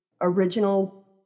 original